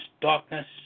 darkness